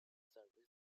service